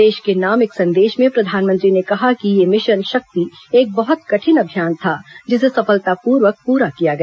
देश के नाम एक संदेश में प्रधानमंत्री ने कहा कि यह मिशन शक्ति एक बहत कठिन अभियान था जिसे सफलतापूर्वक पूरा किया गया